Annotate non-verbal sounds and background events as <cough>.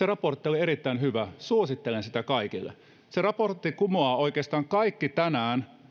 <unintelligible> raportti oli erittäin hyvä suosittelen sitä kaikille se raportti kumoaa oikeastaan kaikki tänään